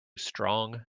strong